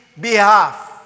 behalf